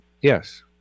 Yes